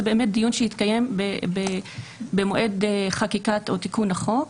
זה באמת דיון שהתקיים במועד חקיקת או תיקון החוק,